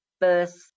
first